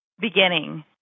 beginning